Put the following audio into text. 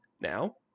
Now